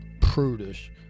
prudish